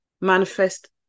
manifest